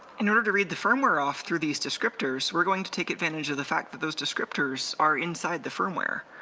in order to read the firmware off through these descriptors we're going to take advantage of the fact that those descriptors are inside the firmware.